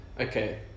okay